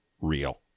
real